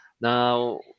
Now